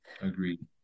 Agreed